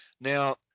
Now